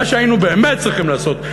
מה שהיינו באמת צריכים לעשות,